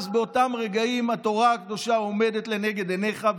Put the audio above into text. אז באותם רגעים התורה הקדושה עומדת לנגד עיניך,